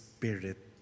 Spirit